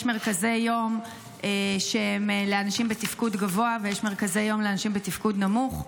יש מרכזי יום שהם לאנשים בתפקוד גבוה ויש מרכזי יום לאנשים בתפקוד נמוך.